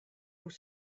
vous